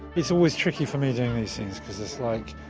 it's always tricky for me, doing these things, cause it's like,